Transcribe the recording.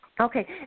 Okay